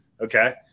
Okay